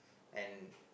and